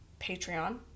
Patreon